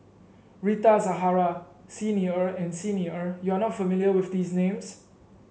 Rita Zahara Xi Ni Er and Xi Ni Er you are not familiar with these names